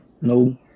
No